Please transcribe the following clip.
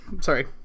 sorry